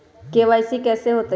KYC कैसे होतई?